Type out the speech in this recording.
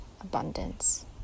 abundance